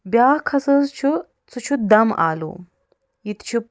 بیٛاکھ ہسا حظ چھُ سُہ چھُ دم آلوٗ یہِ تہِ چھُ